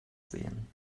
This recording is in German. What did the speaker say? sehen